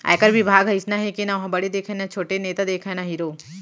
आयकर बिभाग ह अइसना हे के ना वोहर बड़े देखय न छोटे, नेता देखय न हीरो